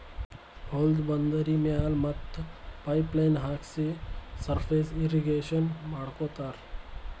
ಹೊಲ್ದ ಬಂದರಿ ಮ್ಯಾಲ್ ಮತ್ತ್ ಪೈಪ್ ಲೈನ್ ಹಾಕ್ಸಿ ಸರ್ಫೇಸ್ ಇರ್ರೀಗೇಷನ್ ಮಾಡ್ಕೋತ್ತಾರ್